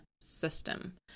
system